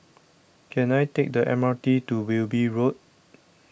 can I take the M R T to Wilby Road